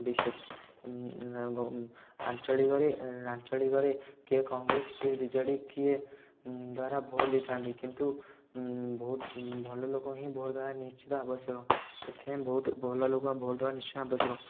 ବିଶେଷ ଆଞ୍ଚଳିକରେ ଆଞ୍ଚଳିକରେ କିଏ କଂଗ୍ରେସ କିଏ ବିଜେଡ଼ି କିଏ ଦ୍ୱାରା ଭୋଟ୍ ଦେଇଥାନ୍ତି କିନ୍ତୁ ବହୁତ ଭଲଲୋକ ହିଁ ଭୋଟ୍ ଦେବା ନିଶ୍ଚିତ ଆବଶ୍ୟକ ସେଥିପାଇଁ ବହୁତ ଭଲଲୋକ ଭୋଟ୍ ଦେବା ନିଶ୍ଚୟ ଆବଶ୍ୟକ